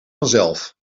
vanzelf